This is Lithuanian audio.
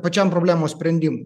pačiam problemos sprendimui